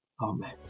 Amen